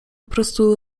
prostu